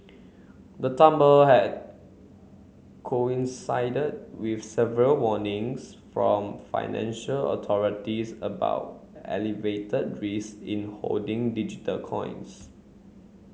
the tumble had coincided with several warnings from financial authorities about elevated risk in holding digital coins